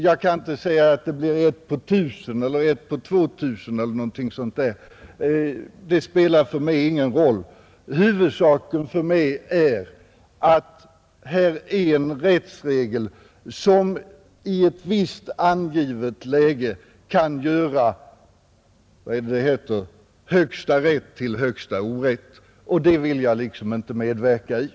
Jag kan inte säga om det kommer att inträffa ett sådant fall på 1 000 eller på 2 000, Det spelar för mig ingen roll, huvudsaken för mig är att här finns en rättsregel som i ett visst givet läge kan göra högsta rätt till högsta orätt, och det vill jag inte medverka till.